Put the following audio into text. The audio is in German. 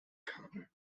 kabel